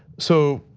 so,